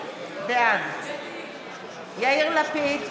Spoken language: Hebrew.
בעד יאיר לפיד,